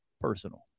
personal